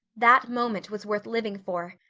that moment was worth living for.